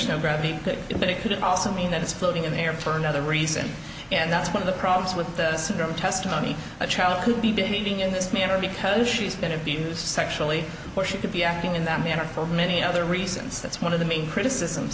but it could also mean that it's floating in the air for another reason and that's one of the problems with this testimony a child could be behaving in this manner because she's been abused sexually or she could be acting in that manner for many other reasons that's one of the main criticism